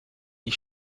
die